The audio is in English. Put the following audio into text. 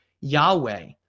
Yahweh